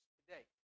today